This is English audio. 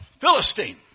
Philistine